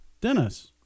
Dennis